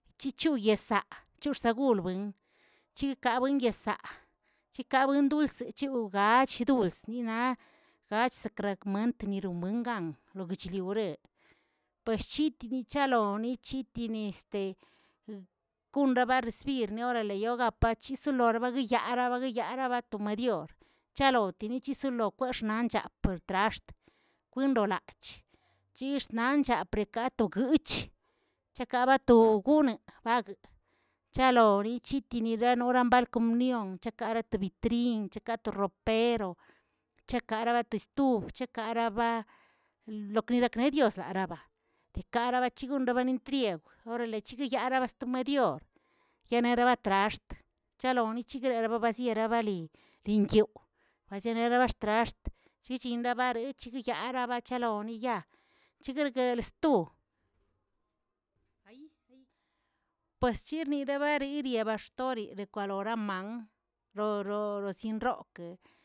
Chichuꞌyesk chursagolbuen, chikabuenyesaa chikabuen dulce chuu achduls aa chikasmatrek rubuengan guchiliureꞌ, pershitinichaꞌa yonichitinis konda barecibirneꞌ orale yogapachis lorgabiyagaꞌa yara to medior chalo chinitiso opuexꞌnancha oxtraxt, kwinlolach nixnanchapreꞌe atoguiych, chakabataꞌ goon bagə, chalonichitinini rambal comunión, chagara to bitrin, chakato ropero, chalkbara to stuf, karaba lokne loknediosbaraba, dekarabachixon rabantriew, orale chigueyaga sto medid yenere batraxt, chaloni chkriel babasiere bal li- lingyow, bazienele batraxt, chichin bare chiguiyaraꞌa achaloniya chikiriguelstwoꞌ, allialli pues chirni bareꞌe yigrieeꞌ baxtori kolora man, roro rosienrokə.